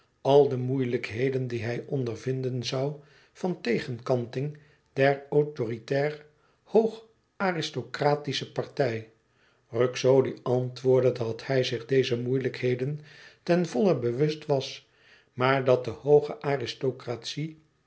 al de moeilijkheden die hij ondervinden zoû van tegenkanting der autoritair hoog aristocratische partij ruxodi antwoordde dat hij zich deze moeilijkheden ten volle bewust was maar dat de hooge